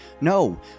No